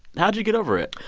how'd you get over it?